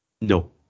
No